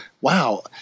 wow